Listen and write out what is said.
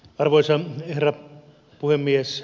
arvoisa herra puhemies